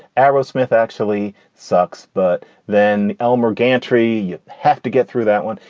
arrowsmith actually sucks. but then elmer gantry, you have to get through that one.